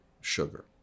sugar